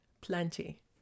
Plenty